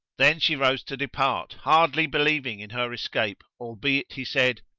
then she rose to depart, hardly believing, in her escape albeit he said,